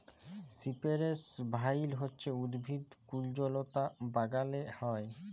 সিপেরেস ভাইল হছে উদ্ভিদ কুল্জলতা বাগালে হ্যয়